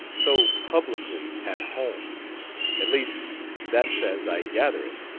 so publicly, at home at least that's as i gather it.